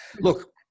Look